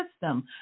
system